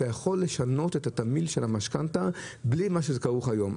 אתה יכול לשנות את התמהיל של המשכנתא בלי מה שזה כרוך היום.